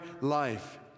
life